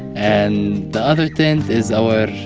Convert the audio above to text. and the other tent is our